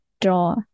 draw